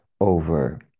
over